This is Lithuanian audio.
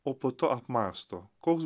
o po to apmąsto koks